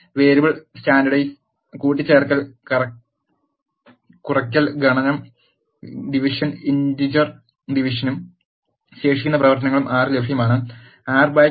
variable standard കൂട്ടിച്ചേർക്കൽ കുറയ്ക്കൽ ഗുണനം ഡിവിഷൻ ഇന്റർജർ ഡിവിഷനും ശേഷിക്കുന്ന പ്രവർത്തനങ്ങളും R ൽ ലഭ്യമാണ്